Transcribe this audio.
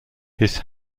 his